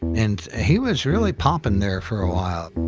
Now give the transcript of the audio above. and he was really popping there for a while.